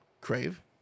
Crave